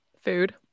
Food